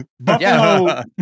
Buffalo